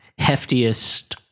heftiest